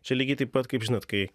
čia lygiai taip pat kaip žinot kai